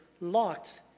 locked